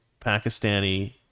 Pakistani